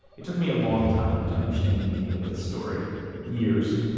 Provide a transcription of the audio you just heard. it took me a long time to understand the meaning of this story years.